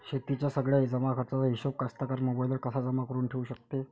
शेतीच्या सगळ्या जमाखर्चाचा हिशोब कास्तकार मोबाईलवर कसा जमा करुन ठेऊ शकते?